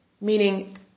Meaning